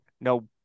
no